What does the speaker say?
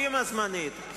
לא.